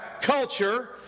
culture